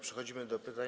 Przechodzimy do pytań.